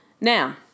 Now